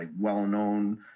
well-known